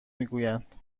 میگویند